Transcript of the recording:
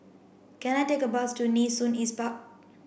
can I take a bus to Nee Soon East Park